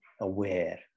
aware